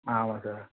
ஆ ஆமாம் சார்